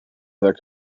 other